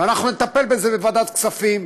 ואנחנו נטפל בזה בוועדת הכספים.